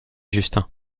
justin